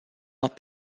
not